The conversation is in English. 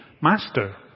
Master